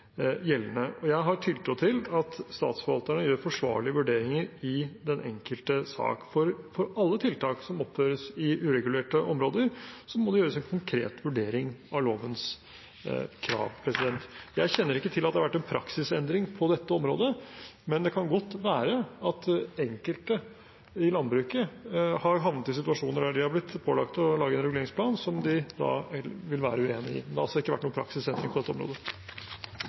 gjeldende. Jeg har tiltro til at statsforvalterne gjør forsvarlige vurderinger i den enkelte sak, for for alle tiltak som oppføres i uregulerte områder, må det gjøres en konkret vurdering av lovens krav. Jeg kjenner ikke til at det har vært en praksisendring på dette området, men det kan godt være at enkelte i landbruket har havnet i situasjoner der de har blitt pålagt å lage en reguleringsplan, som de da vil være uenig i. Men det har altså ikke vært noen praksisendring på dette området.